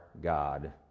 God